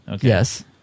Yes